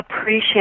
appreciate